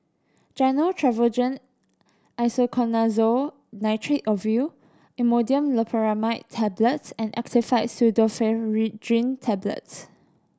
Gyno Travogen Isoconazole Nitrate Ovule Imodium Loperamide Tablets and Actifed Pseudoephedrine Tablets